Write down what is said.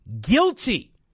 guilty